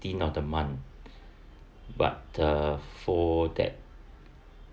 fifteenth of the month but uh for that